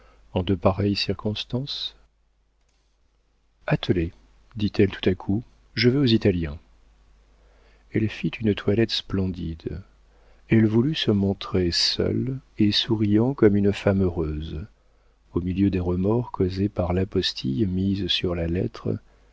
en de pareilles circonstances attelez dit-elle tout à coup je vais aux italiens elle fit une toilette splendide elle voulut se montrer seule et souriant comme une femme heureuse au milieu des remords causés par l'apostille mise sur la lettre